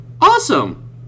Awesome